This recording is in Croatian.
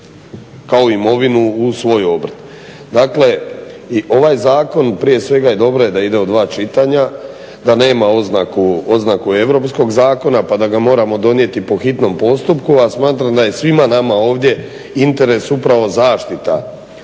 kao imovinu u svoj obrt. Dakle, i ovaj zakon prije svega dobro je da ide u dva čitanja da nema oznaku europskog zakona pa da ga moramo donijeti po hitnom postupku, a smatram da je svima nama ovdje interes upravo zaštita